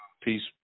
Peace